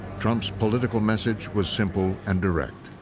trump's political message was simple and direct.